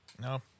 No